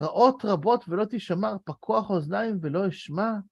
רעות רבות ולא תשמר פקוח אוזניים ולא ישמע.